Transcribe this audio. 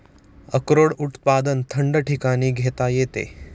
अक्रोड उत्पादन थंड ठिकाणी घेता येते